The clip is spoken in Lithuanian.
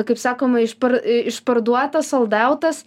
kaip sakoma išpar išparduota soldautas